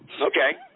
Okay